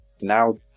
Now